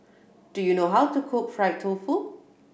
do you know how to cook fried tofu